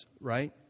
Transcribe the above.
right